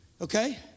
Okay